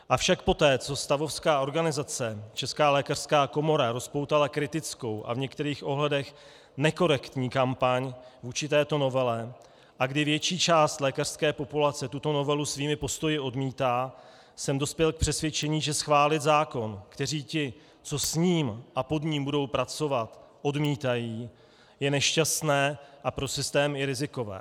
Avšak poté, co stavovská organizace, Česká lékařská komora, rozpoutala kritickou a v některých ohledech nekorektní kampaň vůči této novele a kdy větší část lékařské populace tuto novelu svými postoji odmítá, jsem dospěl k přesvědčení, že schválit zákon, který ti, co s ním a pod ním budou pracovat, odmítají, je nešťastné a pro systém i rizikové.